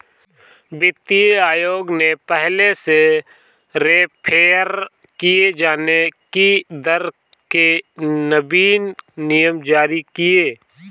वित्तीय आयोग ने पहले से रेफेर किये जाने की दर के नवीन नियम जारी किए